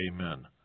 Amen